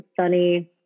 sunny